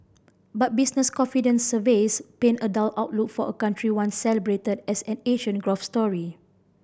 but business confidence surveys paint a dull outlook for a country once celebrated as an Asian growth story